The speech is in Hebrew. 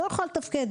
לא יכולה לתפקד,